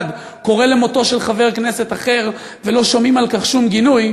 קורא למותו של חבר כנסת אחר ולא שומעים על כך שום גינוי,